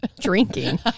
Drinking